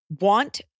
want